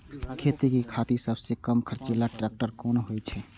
खेती के खातिर सबसे कम खर्चीला ट्रेक्टर कोन होई छै?